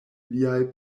liaj